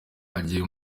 agiye